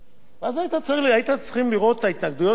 הייתם צריכים לראות את ההתנגדויות של האוצר.